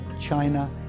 China